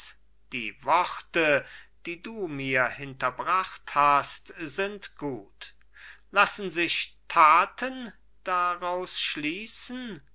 die worte die du mir hinterbracht hast sind gut lassen sich taten daraus schließen